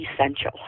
essential